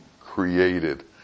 created